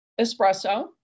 espresso